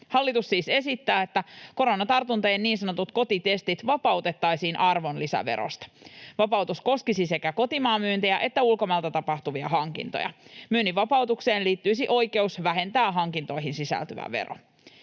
Hallitus siis esittää, että koronatartuntojen niin sanotut kotitestit vapautettaisiin arvonlisäverosta. Vapautus koskisi sekä kotimaan myyntejä että ulkomailta tapahtuvia hankintoja. Myynnin vapautukseen liittyisi oikeus vähentää hankintoihin sisältyvä vero.